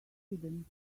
hidden